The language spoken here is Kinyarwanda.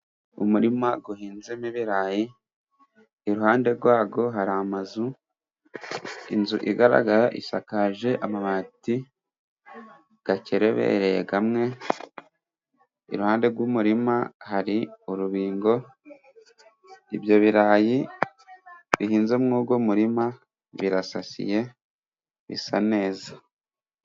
Umurima uhinzemo ibirayi, iruhande rwayo hari amazu, inzu igaragara isakaje amabati akerebereye hamwe, iruhande rw'umurima hari urubingo, ibyo birayi bihinze muwo murima birasasiye bisa neza.